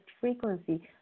frequency